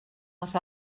els